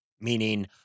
meaning